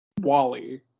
wally